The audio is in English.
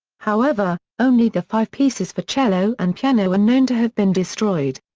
however, only the five pieces for cello and piano are known to have been destroyed.